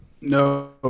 no